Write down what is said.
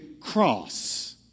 cross